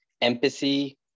empathy